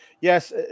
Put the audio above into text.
Yes